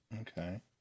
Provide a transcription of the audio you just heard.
Okay